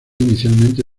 inicialmente